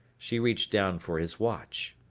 she reached down for his watch.